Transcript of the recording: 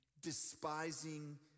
despising